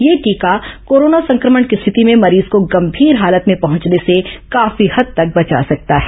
यह टीका कोरोना संक्रमण की स्थिति में मरीज को गंभीर हालत में पहुंचने से काफी हद तक बचा सकता है